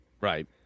Right